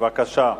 בבקשה.